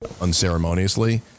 unceremoniously